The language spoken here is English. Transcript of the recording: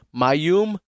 Mayum